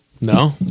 No